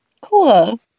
Cool